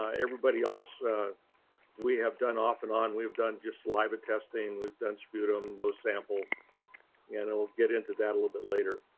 ah everybody else we have done, off and on. we've done just saliva testing. we've done sputum those samples and we'll get into that a little bit later.